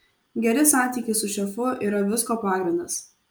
geri santykiai su šefu yra visko pagrindas